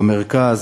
במרכז,